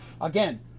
again